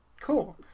cool